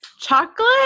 Chocolate